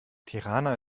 tirana